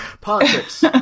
Politics